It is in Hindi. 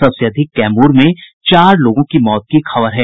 सबसे अधिक कैमूर में चार लोगों की मौत की खबर है